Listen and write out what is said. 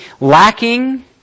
lacking